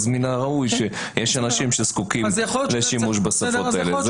אז מן הראוי שיש אנשים שזקוקים לשימוש בשפות האלה.